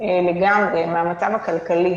לגמרי מהמצב הכלכלי